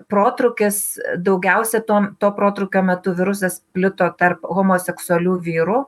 protrūkis daugiausia tom to protrūkio metu virusas plito tarp homoseksualių vyrų